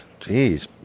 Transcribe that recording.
Jeez